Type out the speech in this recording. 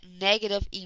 negative